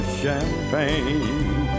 champagne